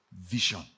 vision